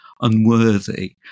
unworthy